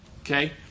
Okay